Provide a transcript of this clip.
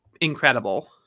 incredible